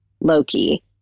Loki